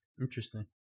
interesting